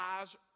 eyes